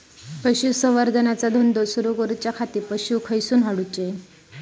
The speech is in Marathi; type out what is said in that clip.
पशुसंवर्धन चा धंदा सुरू करूच्या खाती पशू खईसून हाडूचे?